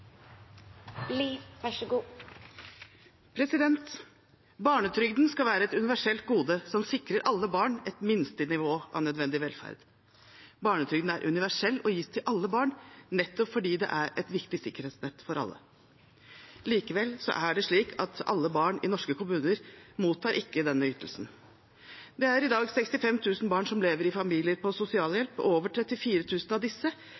Barnetrygden skal være et universelt gode som sikrer alle barn et minstenivå av nødvendig velferd. Barnetrygden er universell og gis til alle barn nettopp fordi det er et viktig sikkerhetsnett for alle. Likevel er det slik at ikke alle barn i norske kommuner mottar denne ytelsen. Det er i dag 65 000 barn som lever i familier på sosialhjelp, og over 34 000 av disse